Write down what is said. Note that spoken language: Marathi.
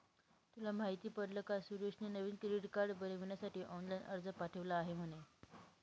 तुला माहित पडल का सुरेशने नवीन क्रेडीट कार्ड बनविण्यासाठी ऑनलाइन अर्ज पाठविला आहे म्हणे